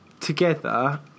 together